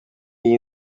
iyi